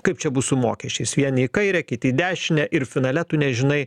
kaip čia bus su mokesčiais vieni į kairę kiti į dešinę ir finale tu nežinai